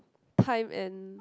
time and